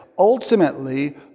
Ultimately